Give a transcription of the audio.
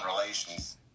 relations